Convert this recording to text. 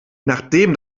nachdem